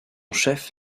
chef